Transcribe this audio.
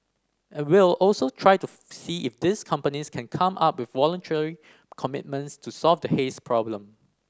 and we'll also try to see if these companies can come up with voluntary commitments to solve the haze problem